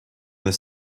the